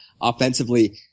offensively